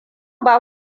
ba